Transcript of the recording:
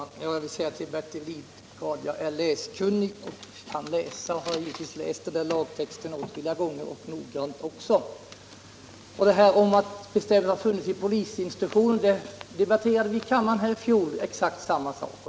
Herr talman! Jag vill säga till Bertil Lidgard: Jag är läskunnig och har givetvis läst den där lagtexten åtskilliga gånger — noggrant! Det förhållandet att bestämmelsen har funnits i polisinstruktionen debatterade vi i kammaren redan förra året.